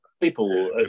People